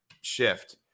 shift